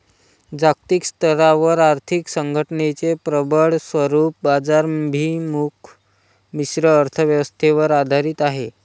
जागतिक स्तरावर आर्थिक संघटनेचे प्रबळ स्वरूप बाजाराभिमुख मिश्र अर्थ व्यवस्थेवर आधारित आहे